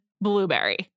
Blueberry